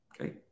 okay